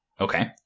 Okay